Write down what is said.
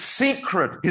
secret